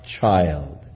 child